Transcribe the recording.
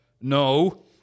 no